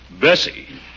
Bessie